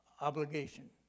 obligation